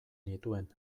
nituen